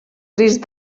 crist